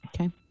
okay